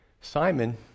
Simon